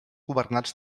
governats